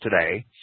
today